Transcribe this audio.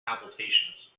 palpitations